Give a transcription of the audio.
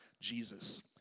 Jesus